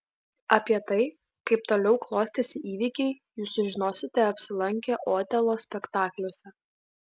apie tai kaip toliau klostėsi įvykiai jūs sužinosite apsilankę otelo spektakliuose